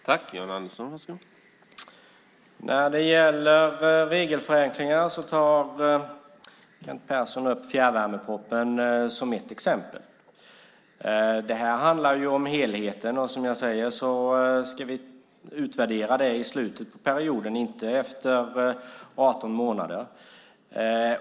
Herr talman! När det gäller regelförenklingarna tar Kent Persson upp fjärrvärmepropositionen som exempel. Detta handlar ju om helheten, och som jag sade ska vi göra en utvärdering i slutet av mandatperioden, inte efter 18 månader.